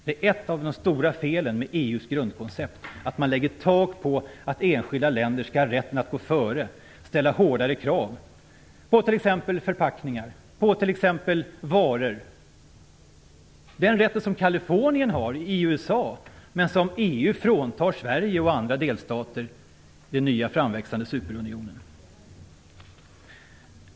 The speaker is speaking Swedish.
Det är ett av de stora felen med EU:s grundkoncept - man lägger tak på att enskilda länder skall ha rätten att gå före och ställa hårdare krav på t.ex. förpackningar och varor. Det är en rätt som Kalifornien har, men som EU fråntar Sverige och andra delstater i den nya framväxande superunionen.